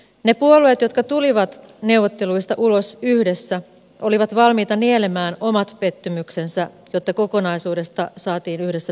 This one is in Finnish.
ne puolueet jotka tulivat neuvotteluista ulos yhdessä olivat valmiita nielemään omat pettymyksensä jotta kokonaisuudesta saatiin yhdessä päätettyä